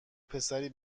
پسری